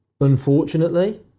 Unfortunately